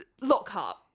Lockhart